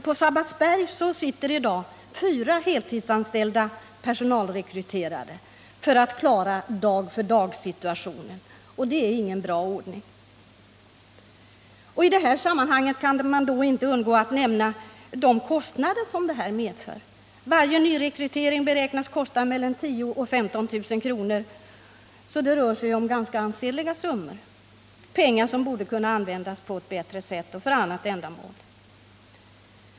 På Sabbatsbergs sjukhus arbetar i dag fyra heltidsanställda personalrekryterare med att försöka klara dag-för-dag-situationen. Det är ingen bra ordning. I det här sammanhanget kan man inte undgå att nämna de kostnader som detta medför. Varje nyrekrytering beräknas kosta mellan 10 000 och 15 000 kronor, så det rör sig om ganska ansenliga summor — pengar som borde kunna användas på ett bättre sätt och för annat ändamål.